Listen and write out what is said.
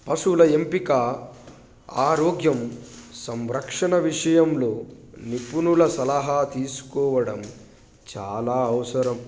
పశువుల ఎంపిక ఆరోగ్యం సంరక్షణ విషయంలో నిపుణుల సలహా తీసుకోవడం చాలా అవసరం